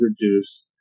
reduce